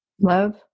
love